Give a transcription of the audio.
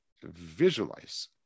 Visualize